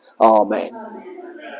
Amen